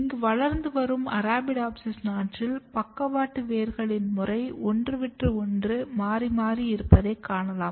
இங்கு வளர்ந்து வரும் அரபிடோப்சிஸ் நாற்றில் பக்கவாட்டு வேர்களின் முறை ஒன்று விட்டு ஒன்று மாறி மாறி இருப்பதை காணலாம்